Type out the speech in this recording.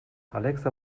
alexa